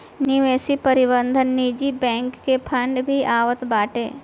निवेश प्रबंधन निजी बैंक के फंड भी आवत बाटे